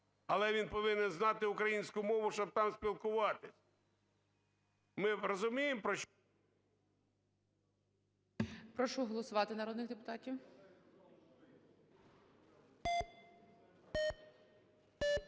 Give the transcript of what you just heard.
але повинен знати українську мову, щоб там спілкуватися. Ми розуміємо, про що... ГОЛОВУЮЧИЙ. Прошу голосувати народних депутатів.